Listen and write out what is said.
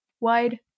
wide